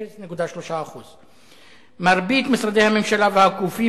0.3%. מרבית משרדי הממשלה והגופים